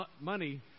money